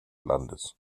landes